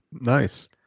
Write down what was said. Nice